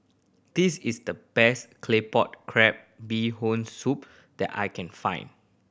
this is the best Claypot Crab Bee Hoon Soup that I can find